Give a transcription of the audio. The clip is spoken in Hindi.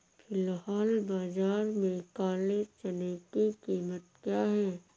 फ़िलहाल बाज़ार में काले चने की कीमत क्या है?